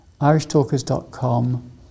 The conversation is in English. irishtalkers.com